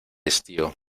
estío